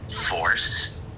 force